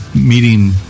meeting